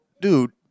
dude